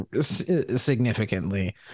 significantly